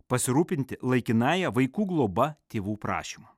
pasirūpinti laikinąja vaikų globa tėvų prašymu